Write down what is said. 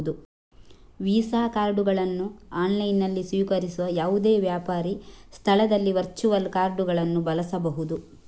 visa ಕಾರ್ಡುಗಳನ್ನು ಆನ್ಲೈನಿನಲ್ಲಿ ಸ್ವೀಕರಿಸುವ ಯಾವುದೇ ವ್ಯಾಪಾರಿ ಸ್ಥಳದಲ್ಲಿ ವರ್ಚುವಲ್ ಕಾರ್ಡುಗಳನ್ನು ಬಳಸಬಹುದು